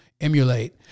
emulate